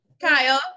Kyle